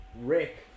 Rick